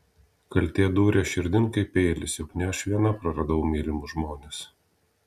kaltė dūrė širdin kaip peilis juk ne aš viena praradau mylimus žmones